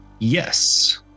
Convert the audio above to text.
yes